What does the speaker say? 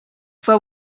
fue